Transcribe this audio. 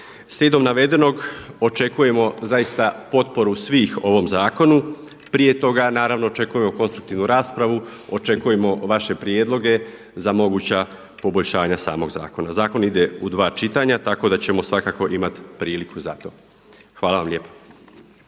Slijedom navedenog očekujemo zaista potporu svih ovom zakonu. Prije toga naravno očekujemo konstruktivnu raspravu, očekujemo vaše prijedloge za moguća poboljšanja samog zakona. Zakon ide u dva čitanja tako da ćemo svakako imati priliku za to. Hvala vam lijepa.